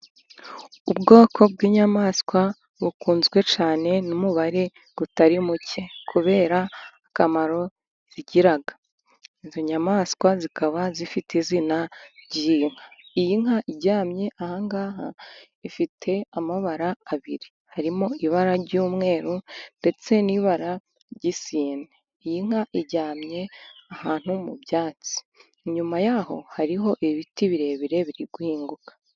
Ubwoko bw'inyamaswa bukunzwe cyane n'umubare utari muke, kubera akamaro zigira, izo nyamaswa zikaba zifite izina ry'iyi nka, iyi nka iryamye aha ngaha ifite amabara abiri harimo:ibara ry'umweru ndetse n'ibara ry'isine. Iyi nka iryamye ahantu mu byatsi, inyuma yaho hariho ibiti birebire biri guhinguka.